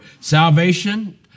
salvation